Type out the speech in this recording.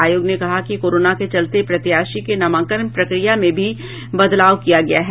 आयोग ने कहा है कि कोरोना के चलते प्रत्याशी के नामांकन प्रक्रिया में भी बदलाव किया गया है